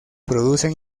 producen